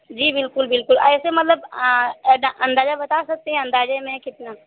जी बिल्कुल बिल्कुल ऐसे मतलब एदा अंदाज़ा बता सकते हैं अंदाज़े में कितना